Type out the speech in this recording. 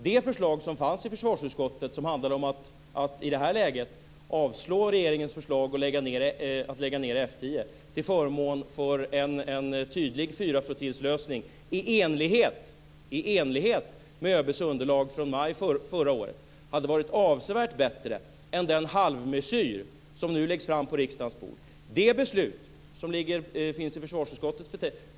Det förslag som fanns i försvarsutskottet och som handlade om att i det här läget avstyrka regeringens förslag att lägga ned F 10 till förmån för en tydlig fyraflottiljslösning i enlighet med ÖB:s underlag från maj förra året hade varit avsevärt bättre än den halvmesyr som nu läggs fram på riksdagens bord.